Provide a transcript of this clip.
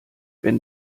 wenn